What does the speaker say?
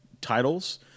titles